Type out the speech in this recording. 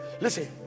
listen